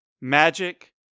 Magic